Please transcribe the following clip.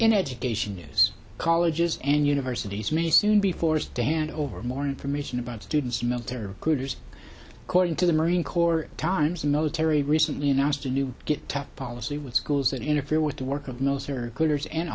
in education news colleges and universities may soon be forced to hand over more information about students military recruiters according to the marine corps times the military recently announced a new get tough policy with schools that interfere with the work of military c